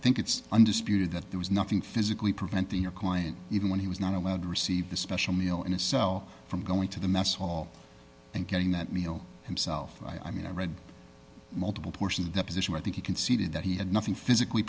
think it's undisputed that there was nothing physically preventing your client even when he was not allowed to receive the special meal in his cell from going to the mess hall and getting that meal himself i mean i read multiple portions of the position i think you can see that he had nothing physically